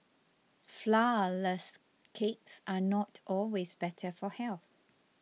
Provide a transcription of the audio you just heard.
Flourless Cakes are not always better for health